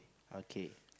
okay